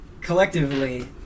collectively